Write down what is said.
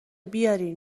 بیارین